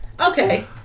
Okay